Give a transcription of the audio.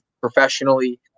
professionally